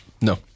No